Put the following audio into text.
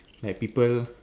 like people